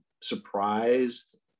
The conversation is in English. surprised